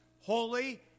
holy